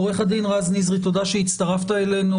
עורך הדין נזרי, תודה שהצטרפת אלינו.